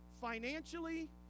financially